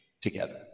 together